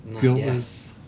Guiltless